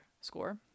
score